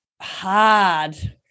hard